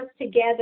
together